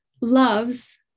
loves